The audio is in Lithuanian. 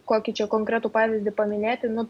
kokį čia konkretų pavyzdį paminėti nu